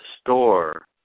store